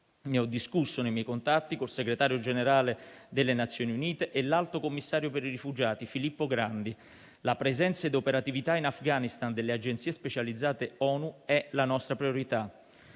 Ne ho discusso, nei miei contatti, con il Segretario generale delle Nazioni Unite e con l'alto commissario delle Nazioni Unite per i rifugiati Filippo Grandi. La presenza e operatività in Afghanistan delle agenzie specializzate ONU è la nostra priorità.